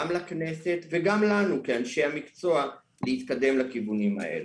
גם לכנסת וגם לנו כאנשי המקצוע להתקדם לכיוונים האלה.